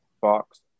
Fox